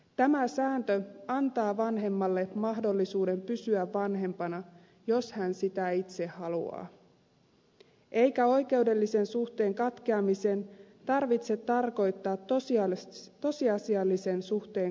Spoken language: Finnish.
tämä sääntö antaa vanhemmalle mahdollisuuden pysyä vanhempana jos hän sitä itse haluaa eikä oikeudellisen suhteen katkeamisen tarvitse tarkoittaa tosiasiallisen suhteen katkeamista